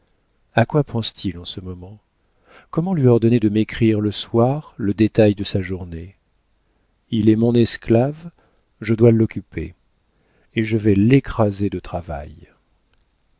a quoi pense-t-il en ce moment comment lui ordonner de m'écrire le soir le détail de sa journée il est mon esclave je dois l'occuper et je vais l'écraser de travail